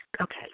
okay